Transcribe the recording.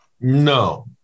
No